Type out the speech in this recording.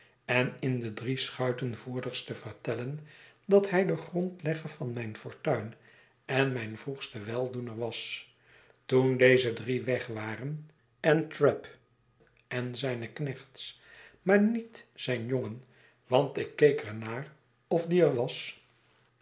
en in de drie schuitenvoerders te vertellen dat hij de grondlegger van mijn fortuin en mijn vroegste weldoener was toen deze drie weg waren en trabb en zijne knechts maar niet zijn jongen want ikkeek er naar of die er was